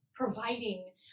providing